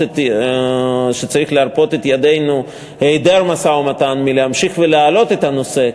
את ידינו מלהמשיך ולהעלות את הנושא,